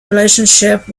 relationship